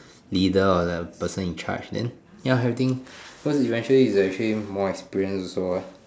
leader or the person in charge then ya everything so eventually is actually more experience also lah